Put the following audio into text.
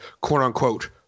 quote-unquote